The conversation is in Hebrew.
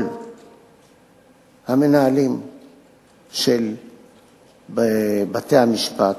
כל המנהלים של בתי-המשפט,